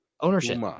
ownership